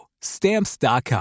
Stamps.com